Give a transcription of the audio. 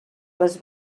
les